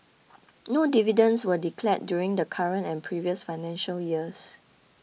no dividends were declared during the current and previous financial years